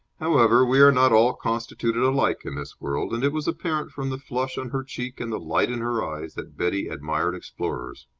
however, we are not all constituted alike in this world, and it was apparent from the flush on her cheek and the light in her eyes that betty admired explorers.